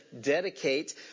dedicate